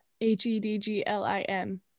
H-E-D-G-L-I-N